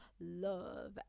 love